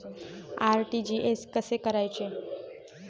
RTGS कसे करायचे?